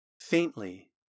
Faintly